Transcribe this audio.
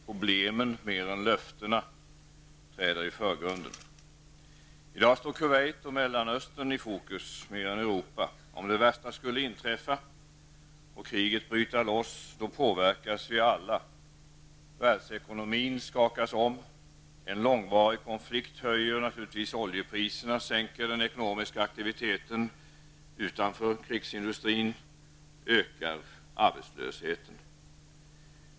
Problemen mer än löftena träder i förgrunden. I dag står Kuwait och Mellanöstern i fokus mer än Europa. Om det värsta skulle inträffa och kriget bryta loss, då påverkas alla. Världsekonomin skakas om. En långvarig konflikt höjer naturligtvis oljepriserna, sänker den ekonomiska aktiviteten utanför krigsindustrin och ökar arbetslösheten.